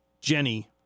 Jenny